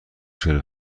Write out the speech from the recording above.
چهل